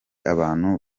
abantu